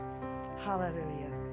Hallelujah